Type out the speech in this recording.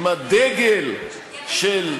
עם הדגל של,